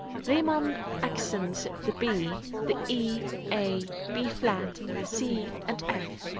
riemann accents the b, the e, a, b flat, c and f,